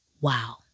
wow